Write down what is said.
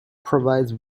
provides